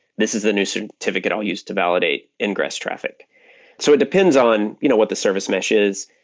this is the new certificate i'll used to validate ingress traffic so it depends on you know what the service mesh is.